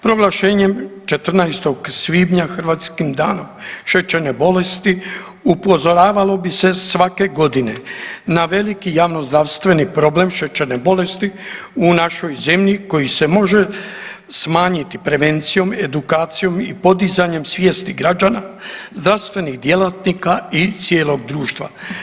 Proglašenjem 14. svibnja Hrvatskim danom šećerne bolesti upozoravalo bi se svake godine na veliki javnozdravstveni problem šećerne bolesti u našoj zemlji koji se može smanjiti prevencijom, edukacijom i podizanjem svijesti građana, zdravstvenih djelatnika i cijelog društva.